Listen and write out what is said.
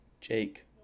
Jake